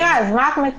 מירה, אז מה את מציעה?